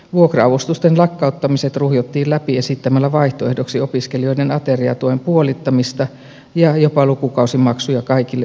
vuokra avustusten lakkauttamiset ruhjottiin läpi esittämällä vaihtoehdoksi opiskelijoiden ateriatuen puolittamista ja jopa lukukausimaksuja kaikille opiskelijoille